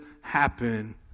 happen